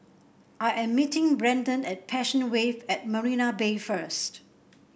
I am meeting Braden at Passion Wave at Marina Bay first